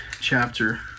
chapter